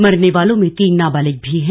मरने वालों में तीन नाबालिग भी हैं